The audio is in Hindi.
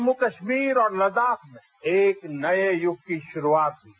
जम्मू कश्मीर और लद्दाख में एक नये युग की शुरूआत हुई